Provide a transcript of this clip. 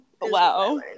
Wow